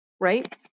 right